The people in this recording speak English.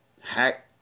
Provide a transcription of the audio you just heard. hack